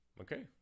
okay